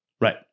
Right